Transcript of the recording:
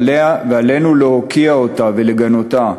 ועלינו להוקיע אותה ולגנותה.